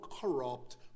corrupt